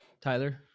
Tyler